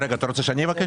אתה רוצה שאני אבקש?